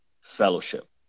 fellowship